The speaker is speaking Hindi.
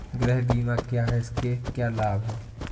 गृह बीमा क्या है इसके क्या लाभ हैं?